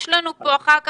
יש לנו פה אחר כך,